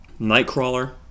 Nightcrawler